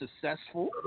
successful